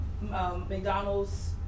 McDonald's